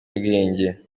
ibiyobyabwenge